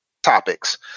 Topics